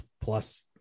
plus